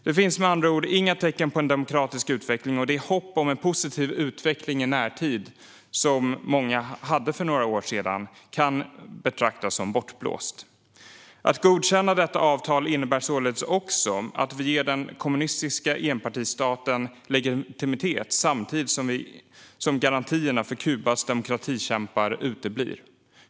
Det finns med andra ord inga tecken på en demokratisk utveckling, och det hopp om en positiv utveckling i närtid som många hade för några år sedan kan betraktas som bortblåst. Att godkänna detta avtal innebär således också att vi ger den kommunistiska enpartistaten legitimitet samtidigt som garantierna för Kubas demokratikämpar uteblir.